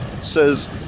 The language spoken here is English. says